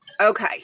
Okay